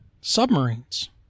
submarines